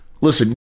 listen